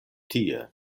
tie